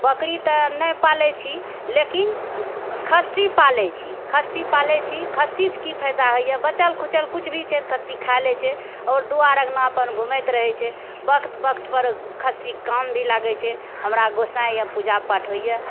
बकरी तऽ नहि पालए छी लेकिन खस्सी पालए छी खस्सी पालए छी खस्सीसँ की फायदा होइए बाँचल खुचल किछु भी छै तऽ खस्सी खाइ लेइ छै आओर दुआरि अङ्गना अपन घुमैत रहै छै वक्त वक्त पर खास्सीके काम भी लागै छै हमरा गोंसाइके पूजा पाठ होइए